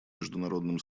международным